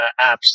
apps